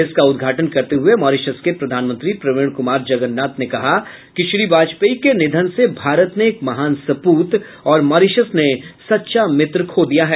इसका उद्घाटन करते हुए मॉरिशस के प्रधानमंत्री प्रवीण कुमार जगन्नाथ ने कहा कि श्री वाजपेयी के निधन से भारत ने एक महान सपूत और मॉरिशस ने सच्चा मित्र खो दिया है